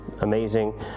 amazing